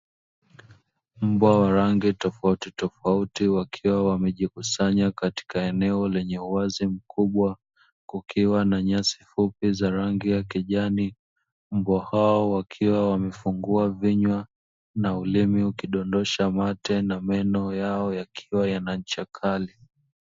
Mbwa wa rangi tofautitofauti wakiwa wamejikusanya katika eneo lenye uwazi mkubwa, kukiwa na nyasi fupi za rangi ya kijani, mbwa hao wakiwa wamefungua vinywa na ulimi ukidondosha mate na meno yao yakiwa na ncha kali.